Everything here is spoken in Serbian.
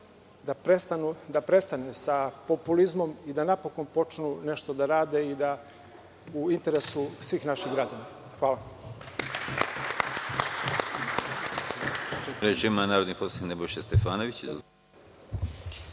da prestane sa populizmom i da napokon počnu nešto da rade u interesu svih naših građana. Hvala.